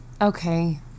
okay